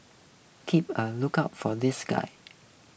keep a lookout for this guy